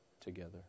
together